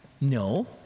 No